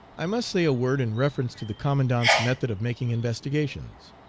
i must say a word in reference to the commandant's method of making investigations.